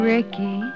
Ricky